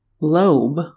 lobe